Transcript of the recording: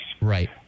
Right